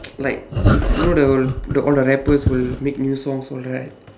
like you know the the all the rappers will make new songs all right